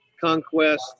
Conquest